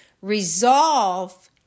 resolve